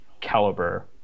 caliber